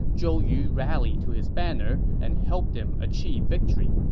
zhou yu rallied to his banner and helped him achieve victory.